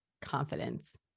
confidence